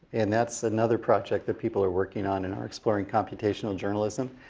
and that's another project that people are working on in our exploring computational journalism.